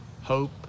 hope